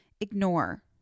ignore